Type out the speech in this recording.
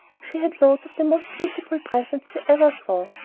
she had loads of the most beautiful presents you ever saw.